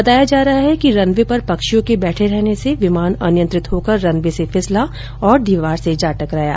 बताया जा रहा है कि रन वे पर पक्षियों के बैठे रहने से विमान अनियंत्रित होकर रन वे से फिसला और दीवार से जा टकराया